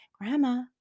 grandma